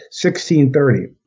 1630